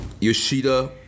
Yoshida